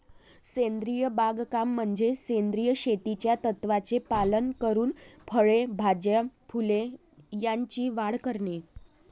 सेंद्रिय बागकाम म्हणजे सेंद्रिय शेतीच्या तत्त्वांचे पालन करून फळे, भाज्या, फुले यांची वाढ करणे